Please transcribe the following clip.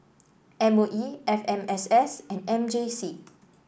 M O E F M S S and M J C